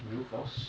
Real force